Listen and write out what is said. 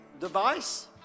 device